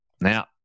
now